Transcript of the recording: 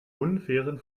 unfairen